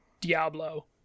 Diablo